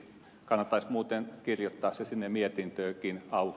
kannattaisi muuten kirjoittaa se sinne mietintöönkin auki